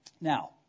Now